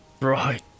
right